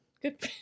Good